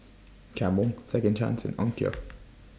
Camel Second Chance and Onkyo